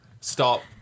Stop